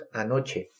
anoche